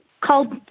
called